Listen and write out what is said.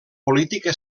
política